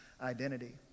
identity